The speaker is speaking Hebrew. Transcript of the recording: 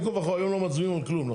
בין כה וכה היום לא מצביעים על כלום.